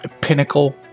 pinnacle